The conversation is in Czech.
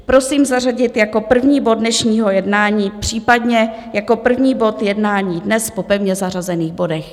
Prosím zařadit jako první bod dnešního jednání, případně jako první bod jednání dnes po pevně zařazených bodech.